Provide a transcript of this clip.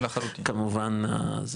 כמובן,